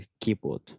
keyboard